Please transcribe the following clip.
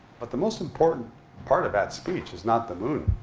but the most important part of that speech is not the moon.